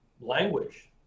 Language